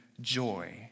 joy